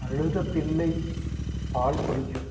அழுத பிள்ளை பால் குடிக்கும்